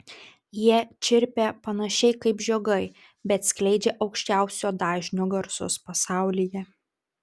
jie čirpia panašiai kaip žiogai bet skleidžia aukščiausio dažnio garsus pasaulyje